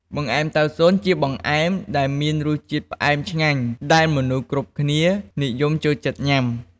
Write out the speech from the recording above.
បង្អែមតៅស៊ន ជាបង្អែមដែលមានរសជាតិផ្អែមឆ្ងាញ់ដែលមនុស្សគ្រប់គ្នានិយមចូលចិត្តញុំា។